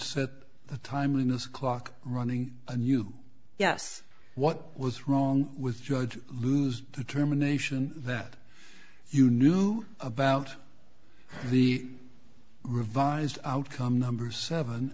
set the timeliness clock running and you yes what was wrong with judge lose determination that you knew about the revised outcome number seven